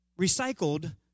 recycled